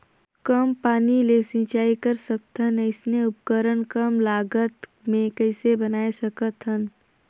कम पानी ले सिंचाई कर सकथन अइसने उपकरण कम लागत मे कइसे बनाय सकत हन?